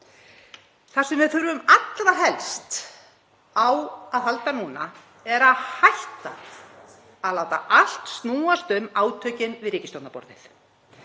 Það sem við þurfum allra helst á að halda núna er að hætta að láta allt snúast um átökin við ríkisstjórnarborðið.